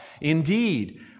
Indeed